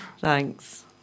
Thanks